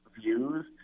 views